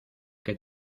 que